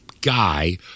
guy